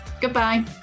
goodbye